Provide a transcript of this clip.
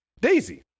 Daisy